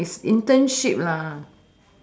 ya it's internship lah